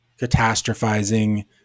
catastrophizing